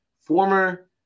Former